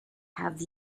have